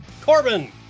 corbin